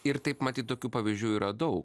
ir taip matyt tokių pavyzdžių yra daug